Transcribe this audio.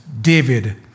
David